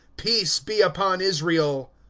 peace be upon israel!